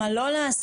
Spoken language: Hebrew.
מה לא לעשות,